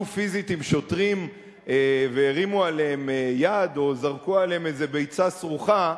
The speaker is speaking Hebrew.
פיזית עם שוטרים והרימו עליהם יד או זרקו עליהם איזה ביצה סרוחה,